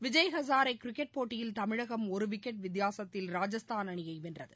Vijay Hazare cricket போட்டியில் தமிழகம் ஒரு wicket வித்தியாசத்தில் ராஜஸ்தான் அணியை வென்றது